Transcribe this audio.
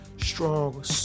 Strong